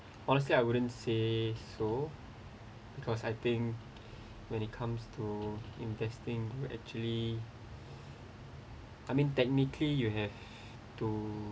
honestly I wouldn't say so because I think when it comes to investing actually I mean technically you have to